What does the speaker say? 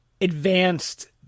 advanced